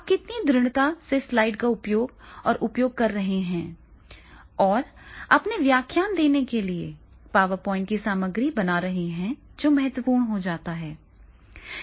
आप कितनी दृढ़ता से स्लाइड का उपयोग और उपयोग कर रहे हैं और अपने व्याख्यान देने के लिए पॉवरपॉइंट की सामग्री बना रहे हैं जो बहुत महत्वपूर्ण हो जाता है